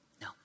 No